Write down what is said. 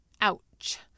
Ouch